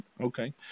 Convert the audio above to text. okay